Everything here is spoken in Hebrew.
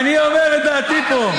אני אומר את דעתי פה.